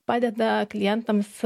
padeda klientams